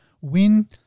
win